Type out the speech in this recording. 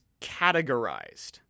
categorized